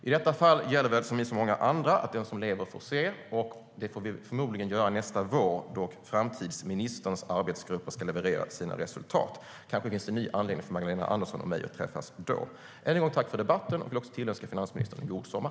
I detta fall, som i så många andra, gäller väl att den som lever får se. Det får vi förmodligen göra nästa vår då framtidsministerns arbetsgrupper ska leverera sina resultat. Kanske finns det anledning för Magdalena Andersson och mig att då träffas på nytt. Jag vill än en gång tacka för debatten samt tillönska finansministern en god sommar.